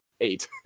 Eight